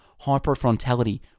hyperfrontality